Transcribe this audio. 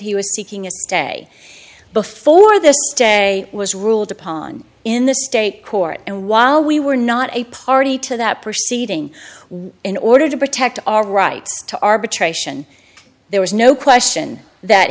he was seeking a day before this day was ruled upon in the state court and while we were not a party to that proceeding was in order to protect our right to arbitration there was no question that